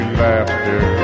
laughter